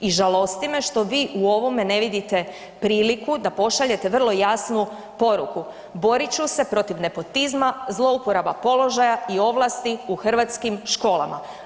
I žalosti me što vi u ovome ne vidite priliku da pošaljete vrlo jasnu poruku, borit ću se protiv nepotizma, zlouporaba položaja i ovlasti u hrvatskim školama.